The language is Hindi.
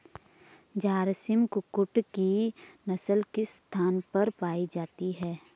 झारसिम कुक्कुट की नस्ल किस स्थान पर पाई जाती है?